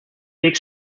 make